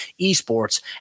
esports